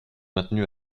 maintenue